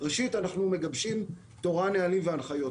ראשית, אנחנו מגבשים תורה, נהלים והנחיות.